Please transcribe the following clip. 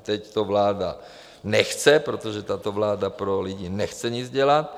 A teď to vláda nechce, protože tato vláda pro lidi nechce nic dělat.